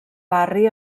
barri